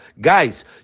Guys